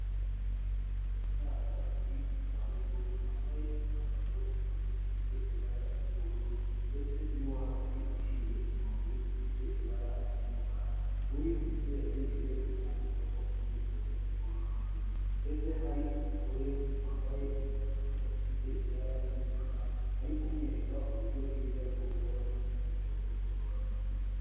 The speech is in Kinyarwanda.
Umusaza uri mu za bukuru wambaye umwambaro wo hejuru ufite ibara ry'ubururu ndetse n'uwo hasi uciye amaguru ufite ibara ry'umukara, uri mu nzu yagenewe gutangirwamo imyitozo ngororamubiri ndetse hari umugore wambaye impuzankano ifite ibara ry'umukara ari kumwereka uburyo bwiza bwo gukoramo imyitozo ngororamubiri.